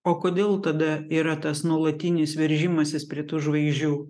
o kodėl tada yra tas nuolatinis veržimasis prie tų žvaigždžių